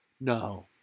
No